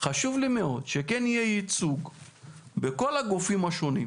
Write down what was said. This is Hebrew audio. חשוב לי מאוד שכן יהיה ייצוג בכל הגופים השונים,